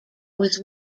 was